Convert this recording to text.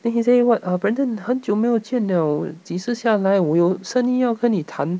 then he say what uh brandon 很久没有见 liao 几时下来我有生意要跟你谈